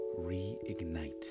reignite